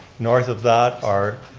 north of that are